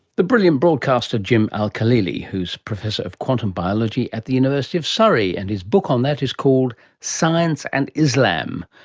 the brilliant broadcaster jim al-khalili, who is professor of quantum biology at the university of surrey, and his book on that is called science and islam,